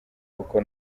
kuko